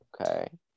Okay